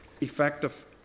effective